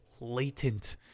latent